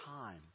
time